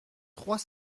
trois